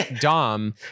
dom